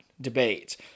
debate